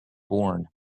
born